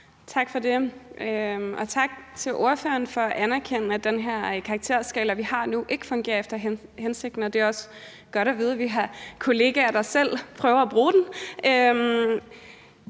Tak for det, og tak til ordføreren for at anerkende, at den her karakterskala, vi har nu, ikke fungerer efter hensigten. Det er også godt at vide, at vi har kollegaer, der selv prøver at bruge den.